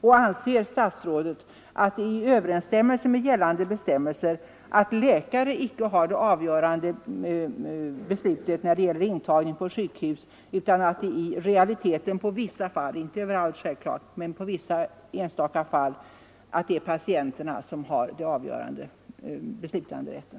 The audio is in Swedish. Och anser statsrådet att det är i överensstämmelse med gällande bestämmelser att läkare icke har att fatta det avgörande beslutet när det gäller intagning på sjukhus utan att det i realiteten på vissa sjukhus — inte överallt, självfallet — är patienterna som har beslutanderätten?